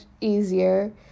easier